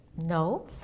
no